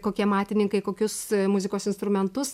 kokie amatininkai kokius muzikos instrumentus